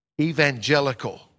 evangelical